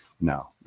no